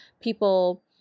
people –